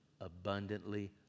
abundantly